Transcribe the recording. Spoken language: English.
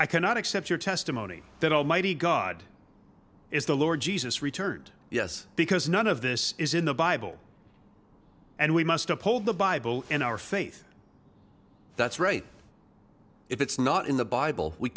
i cannot accept your testimony that almighty god is the lord jesus returned yes because none of this is in the bible and we must uphold the bible and our faith that's right if it's not in the bible we